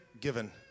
given